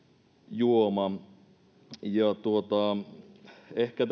juoma ehkä